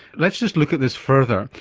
let's just look at this further,